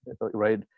right